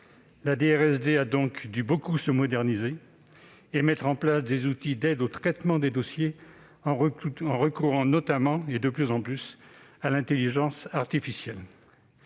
La DRSD a donc dû beaucoup se moderniser et mettre en place des outils d'aide au traitement des dossiers en recourant notamment, et de plus en plus, à l'intelligence artificielle.